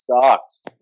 sucks